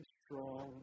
strong